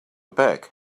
back